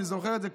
אני זוכר את זה,